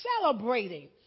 celebrating